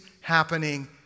happening